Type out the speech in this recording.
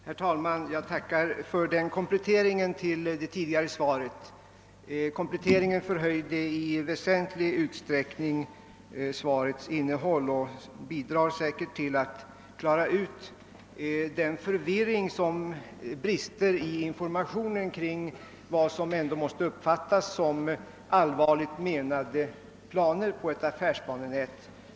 Herr talman! Jag tackar för kommunikationsministerns komplettering av det tidigare svaret. Den förhöjde i väsentlig utsträckning svarets värde och bidrar säkerligen till att klara ut den förvirring som åstadkommits genom brister i informationen kring vad som ändock måste uppfattas som allvarligt menade planer på ett affärsbanenät.